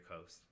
coast